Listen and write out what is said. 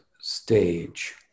stage